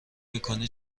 میکنی